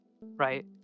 right